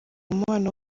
umubano